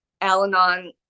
Al-Anon